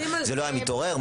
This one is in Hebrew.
זה לא היה מתעורר?